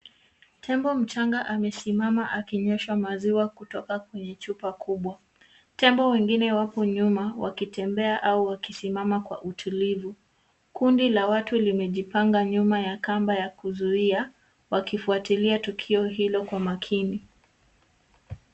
Tembo mchanga amesimama akinyweshwa maziwa kutoka chupa kubwa, tembo wengine wapo nyuma wakitembea au wakisimama kwa utulivu. Kundi la watu limejipanga nyuma ya kamba ya kuzuia wakifuatilia tukio hilo kwa makini.